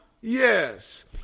yes